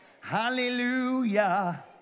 Hallelujah